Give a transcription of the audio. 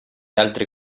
altri